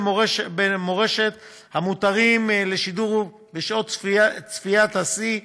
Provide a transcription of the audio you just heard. מורשת המותרים לשידור בשעות צפיית השיא.